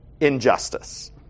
injustice